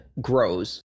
grows